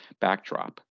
backdrop